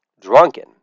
drunken